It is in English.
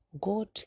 God